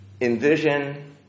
envision